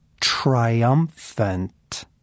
triumphant